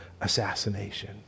assassination